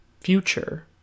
future